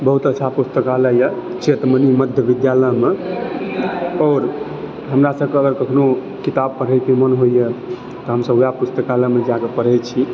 बहुत अच्छा पुस्तकालय यऽ चेक मणि मध्य विद्यालयमे आओर हमरा सभक अगर कखनो किताब पढ़ैके मोन होइए हमसभ तऽ ओहे पुस्तकालयमे जाए कऽ